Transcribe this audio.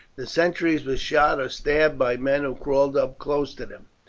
the sentries were shot or stabbed by men who crawled up close to them.